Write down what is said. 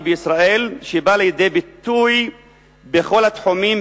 בישראל שבאה לידי ביטוי בכל התחומים,